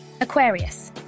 Aquarius